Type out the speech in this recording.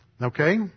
Okay